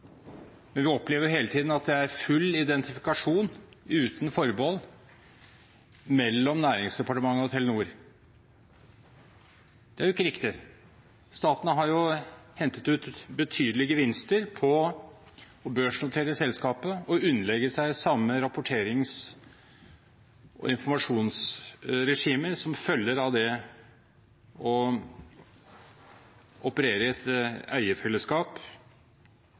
Men vi opplever hele tiden at det er full identifikasjon, uten forbehold, mellom Næringsdepartementet og Telenor. Det er jo ikke riktig. Staten har hentet ut betydelige gevinster på å børsnotere selskapet og underlegge seg samme rapporterings- og informasjonsregime som følger av det å operere i et eierfellesskap.